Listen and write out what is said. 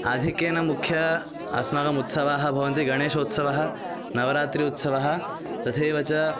आधिक्येन मुख्याः अस्माकम् उत्सवाः भवन्ति गणेशोत्सवः नवरात्रि उत्सवः तथैव च